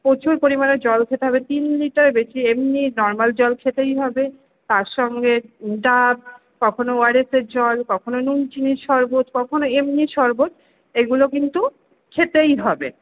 প্রচুর পরিমাণে জল খেতে হবে তিন লিটার বেশি এমনি নর্মাল জল খেতেই হবে তার সঙ্গে ডাব কখনও ও আর এসের জল কখনও নুন চিনির শরবত কখনও এমনি শরবত এগুলো কিন্তু খেতেই হবে